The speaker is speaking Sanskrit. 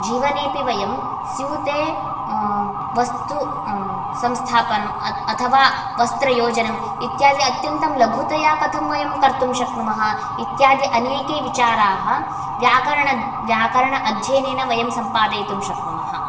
जीवनेऽपि वयं स्यूते वस्तु संस्थापनम् अथवा वस्त्रयोजनम् इत्यादि अत्यन्तं लघुतया कथं कर्तुं शक्नुमः इत्यादि अनेके विचाराः व्याकरण अध्ययनेन वयं सम्पादयितुं शक्नुमः